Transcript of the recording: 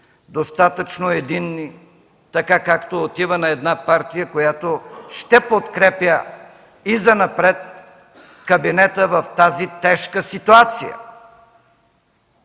достатъчно единни, така както отива на една партия, която ще подкрепя и занапред кабинета в тази тежка ситуация!